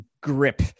grip